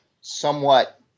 somewhat